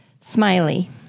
Smiley